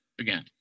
again